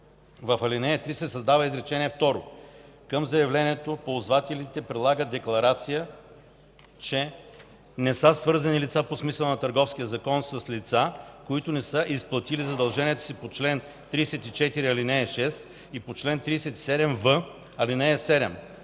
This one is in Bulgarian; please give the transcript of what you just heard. В ал. 3 се създава изречение второ: „Към заявлението ползвателите прилагат декларация, че не са свързани лица по смисъла на Търговския закон с лица, които не са изплатили задълженията си по чл. 34, ал. 6 и по чл. 37в, ал. 7